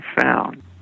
found